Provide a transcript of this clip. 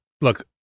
look